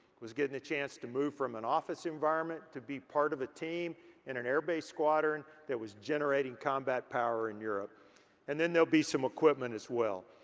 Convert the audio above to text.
was getting the chance to move from an office environment to be part of a team in an air based squadron that was generating combat power in europe and then they'll be some equipment as well.